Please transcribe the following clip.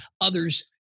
others